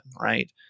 right